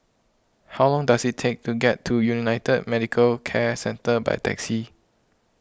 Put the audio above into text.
how long does it take to get to United Medicare Centre by taxi